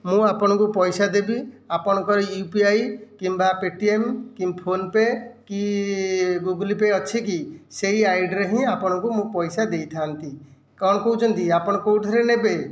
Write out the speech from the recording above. ମୁଁ ଆପଣଙ୍କୁ ପଇସା ଦେବି ଆପଣଙ୍କର ୟୁପିଆଇ କିମ୍ବା ପେଟିଏମ୍ କି ଫୋନପେ କି ଗୁଗୁଲପେ ଅଛି କି ସେଇ ଆଇଡ଼ିରେ ହିଁ ମୁଁ ଆପଣଙ୍କୁ ପଇସା ଦେଇଥାନ୍ତି କଣ କହୁଛନ୍ତି ଆପଣ କେଉଁଥିରେ ନେବେ